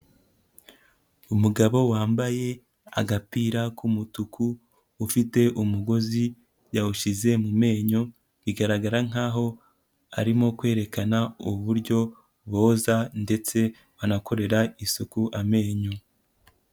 Umugabo wambaye agapira k'umutuku, ufite umugozi yawushyize mu menyo, bigaragara nkaho arimo kwerekana uburyo boza ndetse banakorera isuku amenyo.